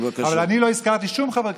אבל אני לא הזכרתי שום חבר כנסת.